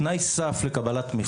השונה בהצבעה באספה הכללית להתאחדות.